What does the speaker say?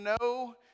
no